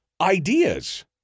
ideas